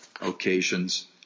occasions